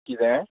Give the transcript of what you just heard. कितें